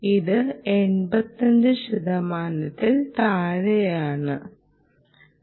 ഇത് 85 ശതമാനത്തിൽ താഴെയാകരുത്